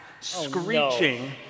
screeching